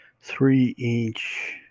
three-inch